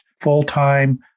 full-time